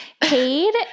Cade